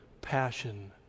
passion